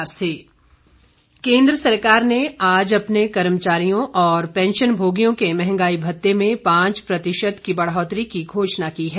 महंगाई भत्ता केन्द्र सरकार ने आज अपने कर्मचारियों और पेंशनभोगियों के महंगाई भत्ते में पांच प्रतिशत की बढ़ोतरी की घोषणा की है